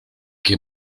que